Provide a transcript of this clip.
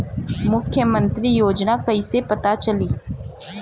मुख्यमंत्री योजना कइसे पता चली?